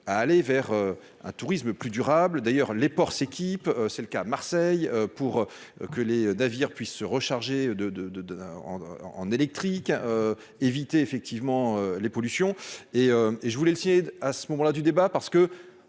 à aller vers un tourisme plus durable, d'ailleurs les ports s'équipe, c'est le cas à Marseille pour que les navires puissent se recharger de, de, de, de, en, en électrique éviter effectivement les pollutions et et je voulais le site à ce moment-là du débat parce que